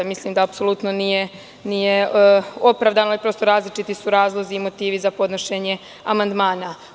Mislim da apsolutno nije opravdano i, prosto, različiti su razlozi i motivi za podnošenje amandmana.